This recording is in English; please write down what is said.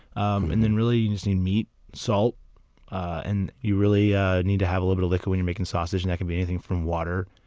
um and then really you just need meat and salt and you really ah need to have a little liquid when you're making sausage that could be anything from water,